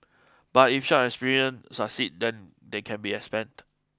but if such succeed then they can be expanded